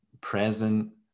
present